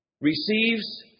receives